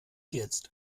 jetzt